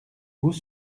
vous